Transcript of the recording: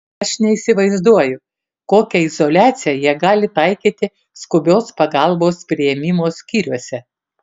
aš neįsivaizduoju kokią izoliaciją jie gali taikyti skubios pagalbos priėmimo skyriuose